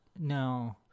No